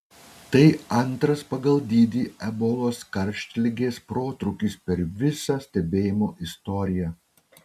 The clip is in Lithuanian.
tai antras pagal dydį ebolos karštligės protrūkis per visą stebėjimų istoriją